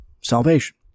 salvation